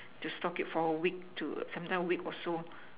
to stock it for a week sometime week or so